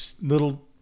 little